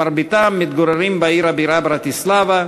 מרביתם גרים בעיר הבירה ברטיסלבה.